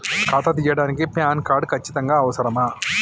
ఖాతా తీయడానికి PAN card ఖచ్చితంగా అవసరమా?